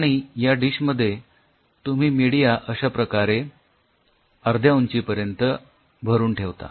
आणि या डिश मध्ये तुम्ही मीडिया अश्या प्रकारे अर्ध्या उंचीपर्यंत भरून ठेवता